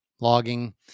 logging